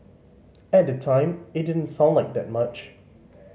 at the time it didn't sound like that much